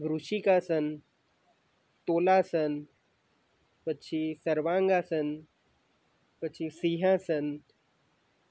ઋષિકાસન તોલાસન પછી સર્વાંગાસન પછી સિંહાસન